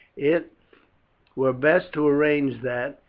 it were best to arrange that,